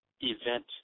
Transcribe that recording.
event